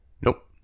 Nope